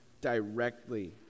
directly